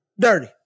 Dirty